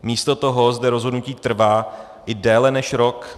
Místo toho zde rozhodnutí trvá i déle než rok.